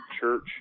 church